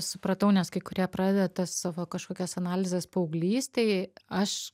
supratau nes kai kurie pradeda tas savo kažkokias analizes paauglystėj aš